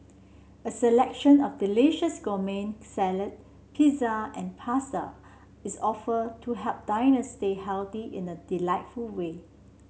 a selection of delicious gourmet salad pizza and pasta is offered to help diners stay healthy in a delightful way